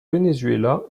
venezuela